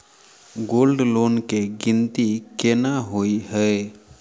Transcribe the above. Gold loan केँ गिनती केना होइ हय?